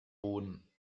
boden